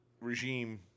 regime